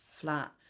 flat